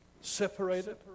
Separated